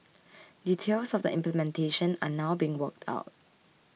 details of the implementation are now being worked out